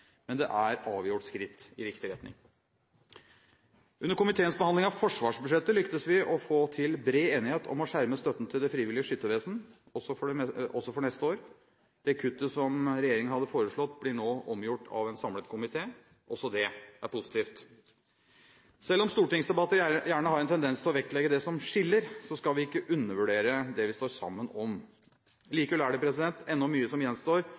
men det er avgjort skritt i riktig retning. Under komiteens behandling av forsvarsbudsjettet lyktes vi i å få til bred enighet om å skjerme støtten til Det frivillige Skyttervesen også for neste år. Det kuttet som regjeringen hadde foreslått, blir nå omgjort av en samlet komité – også det er positivt. Selv om stortingsdebatter gjerne har en tendens til å vektlegge det som skiller, skal vi ikke undervurdere det vi står sammen om. Likevel er det ennå mye som gjenstår